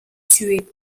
tuée